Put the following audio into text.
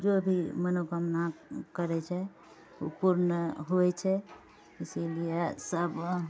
जो भी मनोकामना करै छै ओ पूर्ण होइ छै इसीलिए सब